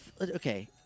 okay